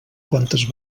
quantes